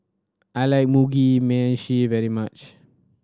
I like Mugi Meshi very much